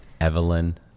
Evelyn